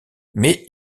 mais